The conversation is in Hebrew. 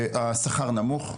השכר נמוך,